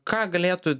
ką galėtų